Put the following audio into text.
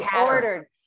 ordered